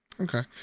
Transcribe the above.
Okay